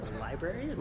Library